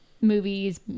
movies